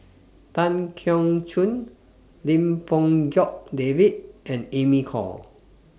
Tan Keong Choon Lim Fong Jock David and Amy Khor